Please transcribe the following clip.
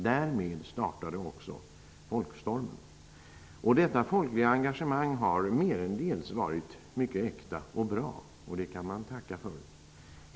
Därmed startade också folkstormen. Detta folkliga engagemang har merendels varit mycket äkta och bra. Det kan man tacka för.